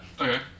Okay